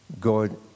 God